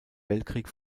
weltkrieg